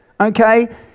Okay